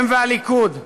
הם והליכוד.